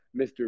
Mr